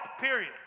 period